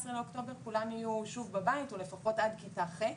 באוקטובר כולם יהיו שוב בבית או לפחות עד כיתה ח'.